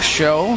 show